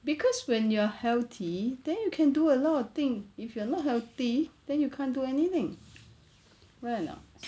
cause when you're healthy then you can do a lot of thing if you are not healthy then you can't do anything right or not